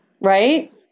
right